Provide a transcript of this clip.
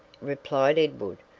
replied edward,